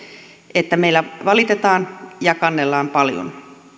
että meillä valitetaan ja kannellaan paljon